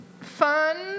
fun